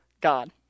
God